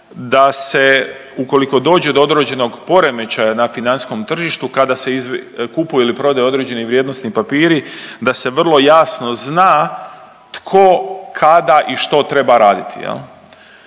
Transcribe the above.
da se ukoliko dođe do određenog poremećaja na financijskom tržištu kada se kupuje ili prodaje određeni vrijednosni papiri da se vrlo jasno zna tko, kada i što treba raditi.